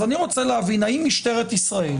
אז אני רוצה להבין אן משטרת ישראל